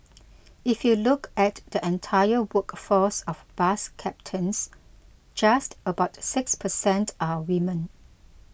if you look at the entire workforce of bus captains just about six per cent are women